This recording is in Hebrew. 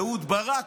אהוד ברק,